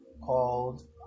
called